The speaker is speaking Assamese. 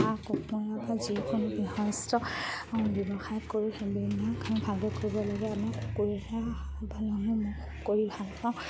হাঁহ কুকুৰা বা যিকোনো যদি ব্যৱসায় কৰোঁ সেইবিলাক ভাগে কৰিব লাগে আমাৰ পুখুৰীত ভাল হয় মই কৰি ভাল পাওঁ